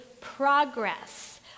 progress